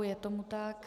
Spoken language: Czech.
Je tomu tak.